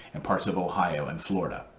and parts of ohio and florida.